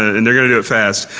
and they are going to do it fast.